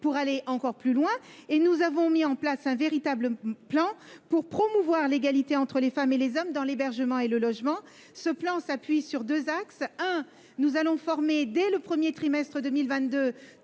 pour aller encore plus loin. Nous avons mis en place un véritable plan pour promouvoir l'égalité entre les femmes et les hommes dans l'hébergement et le logement. Ce plan s'appuie sur deux axes. D'une part, nous allons former, dès le premier trimestre 2022,